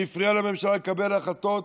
מי הפריע לממשלה לקבל החלטות